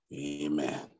amen